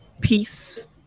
Peace